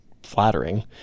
flattering